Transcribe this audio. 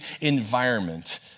environment